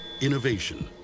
Innovation